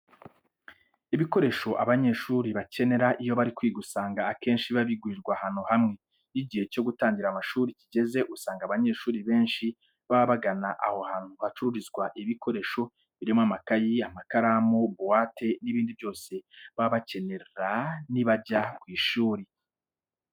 Ibikoresho abanyeshuri bakenera iyo bari kwiga usanga akenshi biba bigurirwa ahantu hamwe. Iyo igihe cyo gutangira amashuri kigeze usanga abanyeshuri benshi baba bagana aho hantu hacururizwa ibi bikoresho birimo amakayi, amakaramu, buwate n'ibindi byose baba bazakenera nibajya ku ishuri.